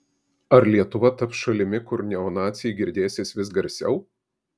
ar lietuva taps šalimi kur neonaciai girdėsis vis garsiau